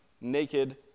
naked